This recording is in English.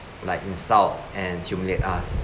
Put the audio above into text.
like insult and humiliate us